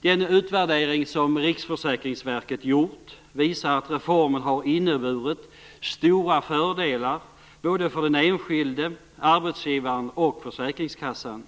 Den utvärdering som Riksförsäkringsverket gjort visar att reformen har inneburit stora fördelar såväl för den enskilde och arbetsgivaren som för Försäkringskassan.